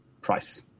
price